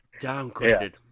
downgraded